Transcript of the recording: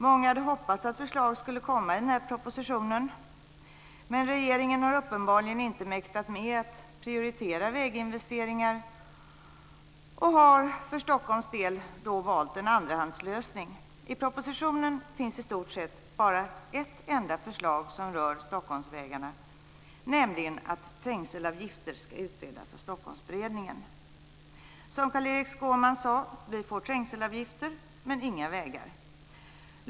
Många hade hoppats att förslag skulle komma i den här propositionen. Men regeringen har uppenbarligen inte mäktat med att prioritera väginvesteringar, och har för Stockholms del då valt en andrahandslösning. I propositionen finns i stort sett bara ett förslag som rör Stockholmsvägarna, nämligen att trängselavgifter ska utredas av Stockholmsberedningen. Som Carl-Erik Skårman sade: Vi får trängselavgifter men inga vägar.